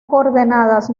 coordenadas